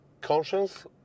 conscience